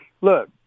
look